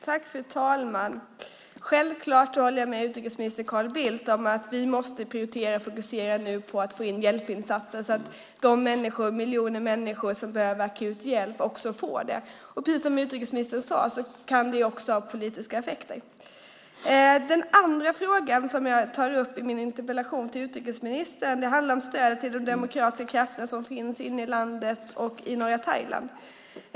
Fru talman! Självklart håller jag med utrikesminister Carl Bildt om att vi nu måste prioritera och fokusera på att få in hjälpinsatser, så att de miljoner människor som behöver akut hjälp också får det. Precis som utrikesministern sade kan det också få politiska effekter. Den andra frågan som jag tar upp i min interpellation till utrikesministern handlar om stödet till de demokratiska krafter som finns inne i landet och i norra Thailand.